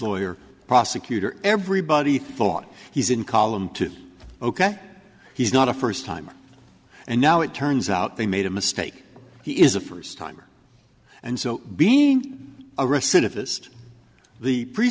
lawyer prosecutor everybody thought he's in column two ok he's not a first timer and now it turns out they made a mistake he is a first timer and so being arrested if this the pre